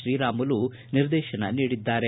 ಶ್ರೀರಾಮುಲು ನಿರ್ದೇತನ ನೀಡಿದ್ದಾರೆ